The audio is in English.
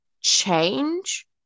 change